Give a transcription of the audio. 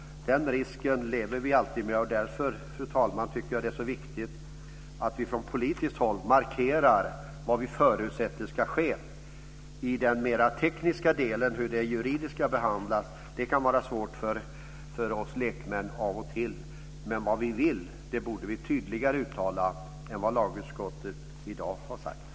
Den risken lever vi alltid med, och därför, fru talman, tycker jag att det är så viktigt att vi från politiskt håll markerar vad vi förutsätter ska ske. När det gäller den mera tekniska delen, hur det juridiska behandlas, kan det vara svårt för oss lekmän av och till, men vi borde tydligare uttala vad vi vill än vad lagutskottet i dag har gjort.